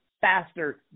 faster